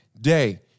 day